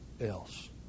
else